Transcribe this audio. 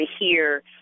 hear